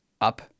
up